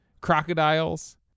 crocodiles